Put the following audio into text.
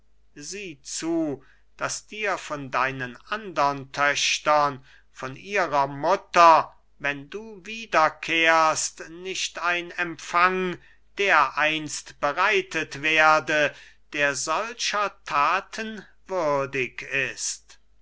sieh zu daß dir von deinen andern töchtern von ihrer mutter wenn du wiederkehrst nicht ein empfang dereinst bereitet werde der solcher thaten würdig ist